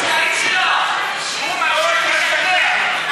הוא ממשיך בשקרים שלו.